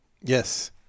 Yes